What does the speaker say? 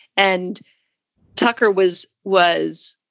and tucker was was.